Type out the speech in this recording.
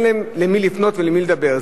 אין להם למי לפנות ולמי לדבר.